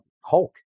Hulk